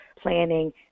planning